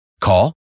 Call